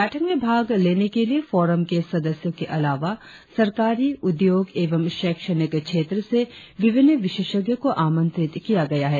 बैठक में भाग लेने के लिए फोरम के सदस्यो के अलावा सरकारी उद्योग एवं शैक्षणिक क्षेत्र से विभिन्न विशेषज्ञो को आमंत्रित किया गया है